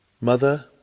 Mother